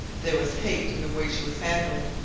there was hate in the way she was handled,